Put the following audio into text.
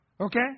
Okay